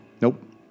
Nope